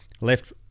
Left